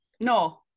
No